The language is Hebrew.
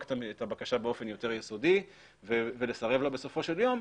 את הבקשה באופן יותר יסודי ולסרב לה בסופו של יום,